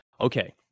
Okay